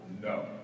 No